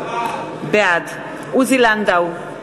בעד עוזי לנדאו,